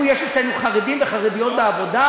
הם אמרו: יש אצלנו חרדים וחרדיות בעבודה.